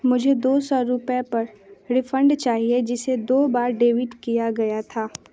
मुझे दो सौ रुपये पर रिफ़ंड चाहिए जिसे दो बार डेबिट किया गया था